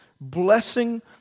blessing